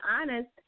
honest